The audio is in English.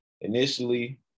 initially